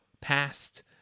past